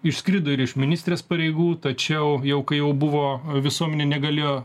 išskrido ir iš ministrės pareigų tačiau jau kai jau buvo visuomenė negalėjo